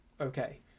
okay